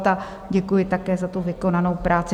A děkuji také za tu vykonanou práci.